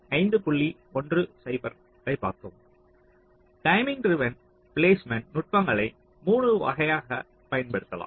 timing driven placement நுட்பங்களை 3 வகைகளாக வகைப்படுத்தலாம்